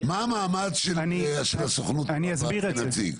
מה המעמד של הסוכנות בהבאת הנציג?